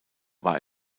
war